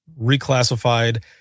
reclassified